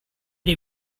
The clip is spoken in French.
les